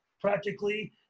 practically